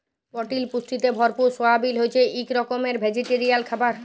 পরটিল পুষ্টিতে ভরপুর সয়াবিল হছে ইক রকমের ভেজিটেরিয়াল খাবার